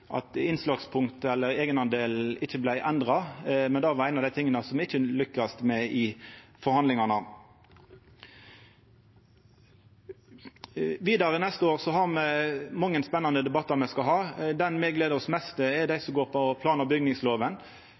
endra, men det var ein av de tinga me ikkje lykkast med i forhandlingane. Neste år skal me ha mange spennande debattar. Den me gler oss mest til, gjeld plan- og bygningslova. Me